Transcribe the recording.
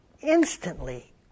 instantly